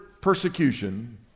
persecution